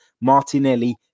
Martinelli